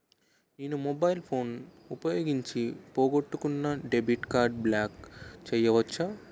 నేను mobile phone ఉపయోగించి పోగొట్టుకున్న డెబిట్ కార్డ్ని బ్లాక్ చేయవచ్చా?